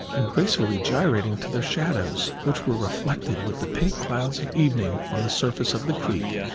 and gracefully gyrating to their shadows, which were reflected with the pink clouds of evening on the surface of the creek.